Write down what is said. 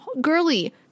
girly